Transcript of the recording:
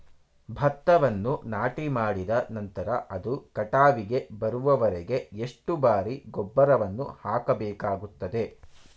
ಭತ್ತವನ್ನು ನಾಟಿಮಾಡಿದ ನಂತರ ಅದು ಕಟಾವಿಗೆ ಬರುವವರೆಗೆ ಎಷ್ಟು ಬಾರಿ ಗೊಬ್ಬರವನ್ನು ಹಾಕಬೇಕಾಗುತ್ತದೆ?